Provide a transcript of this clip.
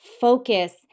focus